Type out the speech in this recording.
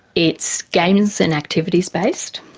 it's games and activities based,